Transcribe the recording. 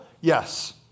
Yes